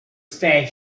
stay